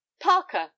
Parker